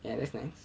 ya that's nice